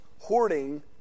hoarding